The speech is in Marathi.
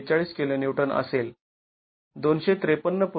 ४२ kN असेल २५३